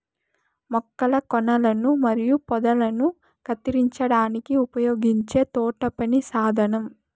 మొక్కల కొనలను మరియు పొదలను కత్తిరించడానికి ఉపయోగించే తోటపని సాధనం